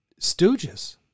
stooges